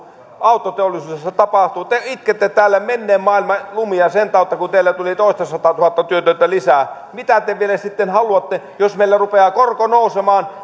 autoteollisuudessa tapahtuu te itkette täällä menneen maailman lumia sen tautta kun teille tuli toistasataatuhatta työtöntä lisää mitä te vielä sitten vielä sitten haluatte jos meillä rupeaa korko nousemaan